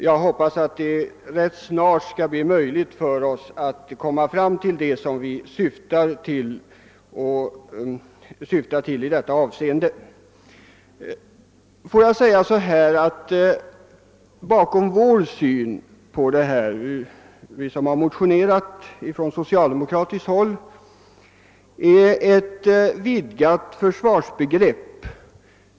Jag hoppas att det rätt snart skall bli möjligt för oss att komma fram till det vi syftar till i detta avseende. Bakom de socialdemokratiska motionärernas synsätt ligger tanken om ett vidgat försvarsbegrepp.